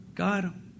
God